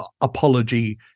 apology